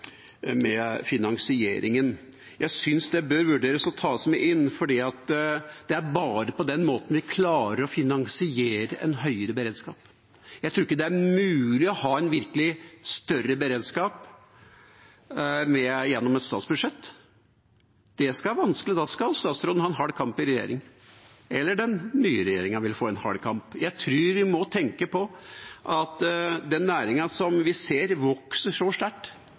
med finansieringen. Jeg synes det bør vurderes og tas med inn, for det er bare på den måten vi klarer å finansiere en høyere beredskap. Jeg tror ikke det er mulig å ha en virkelig større beredskap gjennom et statsbudsjett. Da skal statsråden ha en hard kamp i regjeringa – eller den nye regjeringa vil få en hard kamp. Jeg tror vi må tenke på at for en næring som vi ser vokser så sterkt